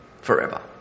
forever